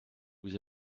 vous